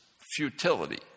futility